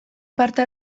parte